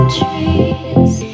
trees